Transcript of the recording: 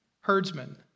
herdsman